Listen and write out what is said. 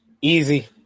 Easy